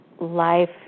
life